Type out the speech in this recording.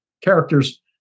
characters